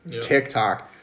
TikTok